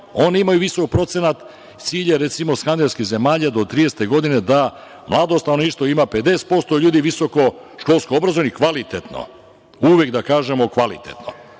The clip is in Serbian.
Oni imaju visok procenat, a cilj je recimo, skandinavskih zemalja do 2030. godine da mlado stanovništvo ima 50% ljudi visokoškolsko obrazovanih, kvalitetno, uvek da kažemo kvalitetno